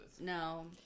No